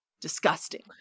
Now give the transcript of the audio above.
Disgusting